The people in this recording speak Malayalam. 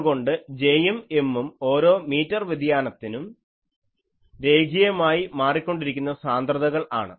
അതുകൊണ്ട് J യും M ഉം ഓരോ മീറ്റർ വ്യതിയാനത്തിനും രേഖീയമായി മാറിക്കൊണ്ടിരിക്കുന്ന സാന്ദ്രതകൾ ആണ്